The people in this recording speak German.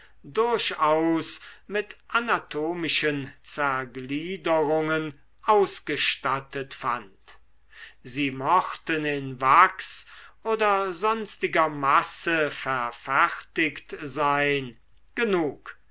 durchaus mit anatomischen zergliederungen ausgestattet fand sie mochten in wachs oder sonstiger masse verfertigt sein genug